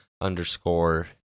underscore